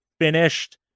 finished